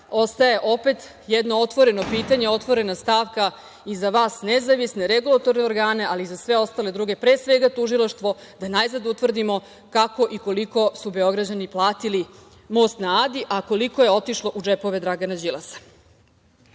ostaje opet jedno otvoreno pitanje, otvorena stavka i za vas nezavisne, regulatorne organe, ali i za sve ostale druge, pre svega tužilaštvo, da najzad utvrdimo kako i koliko su Beograđani platili most na Adi, a koliko je otišlo u džepove Dragana Đilasa. Nećemo